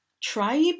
tribe